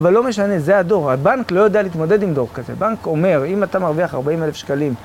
אבל לא משנה, זה הדור. הבנק לא יודע להתמודד עם דור כזה. הבנק אומר, אם אתה מרוויח 40,000 שקלים...